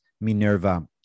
minerva